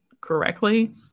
correctly